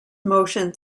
motion